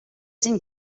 zinu